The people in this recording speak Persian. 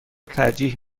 ترجیح